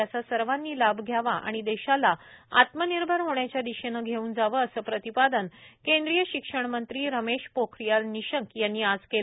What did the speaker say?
त्याचा सर्वांनी लाभ घ्यावा व देशाला आत्मनिर्भर होण्याच्या दिशेने घेऊन जावे असे प्रतिपादन केंद्रीय शिक्षण मंत्री रमेश पोखरियाल निशंक यांनी आज केले